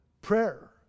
prayer